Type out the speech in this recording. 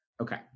Okay